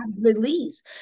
release